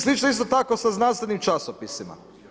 Slični su tako sa znanstvenim časopisima.